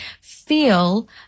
feel